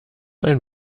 ein